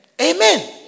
Amen